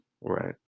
Right